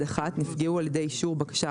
"(ד1)נפגעו על ידי אישור בקשה